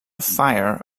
fire